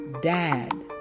Dad